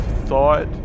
thought